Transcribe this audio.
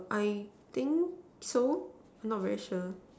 I think so not very sure